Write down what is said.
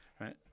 right